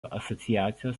asociacijos